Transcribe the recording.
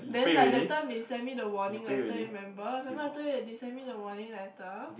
then like that time they send me the warning letter remember remember I told you that they send me the warning letter